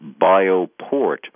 Bioport